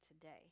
today